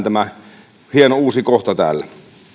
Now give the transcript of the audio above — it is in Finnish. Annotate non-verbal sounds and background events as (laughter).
(unintelligible) tämä hieno uusi kohta täällä